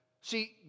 See